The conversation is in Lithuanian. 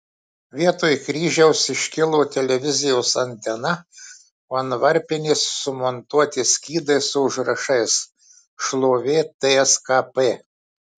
vietoj kryžiaus iškilo televizijos antena o ant varpinės sumontuoti skydai su užrašais šlovė tskp